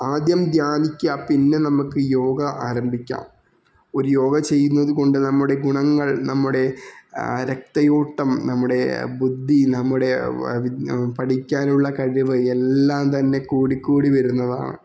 ആദ്യം ധ്യാനിക്കുക പിന്നെ നമുക്ക് യോഗ ആരംഭിക്കാം ഒരു യോഗ ചെയ്യുന്നത് കൊണ്ട് നമ്മുടെ ഗുണങ്ങൾ നമ്മുടെ രക്തയോട്ടം നമ്മുടെ ബുദ്ധി നമ്മുടെ പഠിക്കാനുള്ള കഴിവ് എല്ലാം തന്നെ കൂടി കൂടി വരുന്നതാണ്